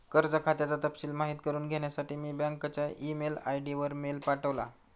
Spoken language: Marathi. कर्ज खात्याचा तपशिल माहित करुन घेण्यासाठी मी बँकच्या ई मेल आय.डी वर मेल पाठवला